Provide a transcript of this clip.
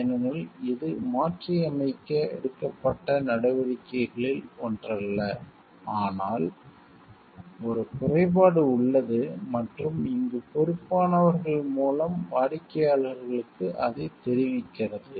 ஏனெனில் இது மாற்றியமைக்க எடுக்கப்பட்ட நடவடிக்கைகளில் ஒன்றல்ல ஆனால் ஒரு குறைபாடு உள்ளது மற்றும் இங்கு பொறுப்பானவர்கள் மூலம் வாடிக்கையாளர்களுக்கு அதைத் தெரிவிக்கிறது